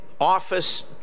office